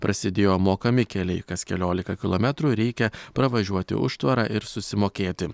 prasidėjo mokami keliai kas keliolika kilometrų reikia pravažiuoti užtvarą ir susimokėti